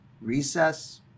recess